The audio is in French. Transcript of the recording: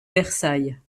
versailles